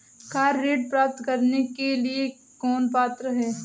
Car ऋण प्राप्त करने के लिए कौन पात्र है?